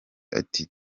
ati